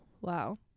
Wow